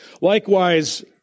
Likewise